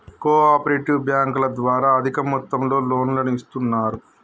co operative బ్యాంకుల ద్వారా అధిక మొత్తంలో లోన్లను ఇస్తున్నరు